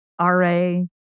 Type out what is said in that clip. RA